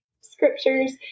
scriptures